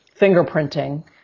fingerprinting